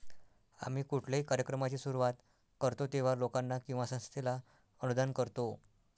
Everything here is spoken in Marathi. आम्ही कुठल्याही कार्यक्रमाची सुरुवात करतो तेव्हा, लोकांना किंवा संस्थेला अनुदान करतो